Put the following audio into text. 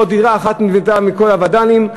לא נבנתה דירה אחת מכל הווד"לים,